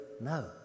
No